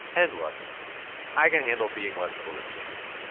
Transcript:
and, look i can handle being less cool than jamie,